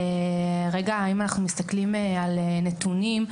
אם אנחנו מסתכלים על נתונים,